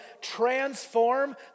transform